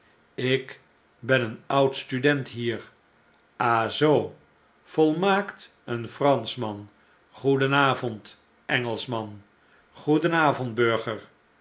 lk ben een oud student hier ah zoo volmaakt een franschman goedenavond engelschman goedenavond